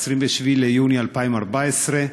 ב-27 ביוני 2014,